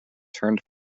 turned